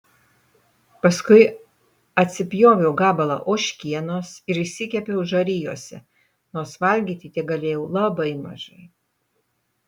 paskui atsipjoviau gabalą ožkienos ir išsikepiau žarijose nors valgyti tegalėjau labai mažai